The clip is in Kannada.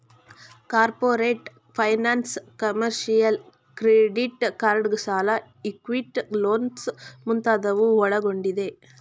corporate finance, commercial, credit card ಸಾಲ, ಇಕ್ವಿಟಿ ಲೋನ್ಸ್ ಮುಂತಾದವು ಒಳಗೊಂಡಿದೆ